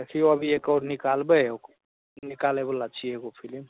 देखियौ अभी एक आओर निकालबै निकालैवला छियै एगो फिल्म